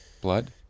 blood